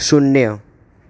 શૂન્ય